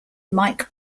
mike